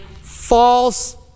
False